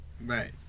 Right